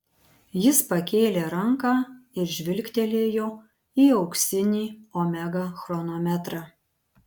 jis pakėlė ranką ir žvilgtelėjo į auksinį omega chronometrą